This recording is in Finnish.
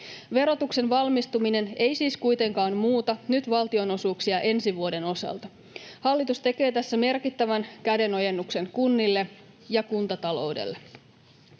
Verotuksen valmistuminen ei siis kuitenkaan muuta nyt valtionosuuksia ensi vuoden osalta. Hallitus tekee tässä merkittävän kädenojennuksen kunnille ja kuntataloudelle.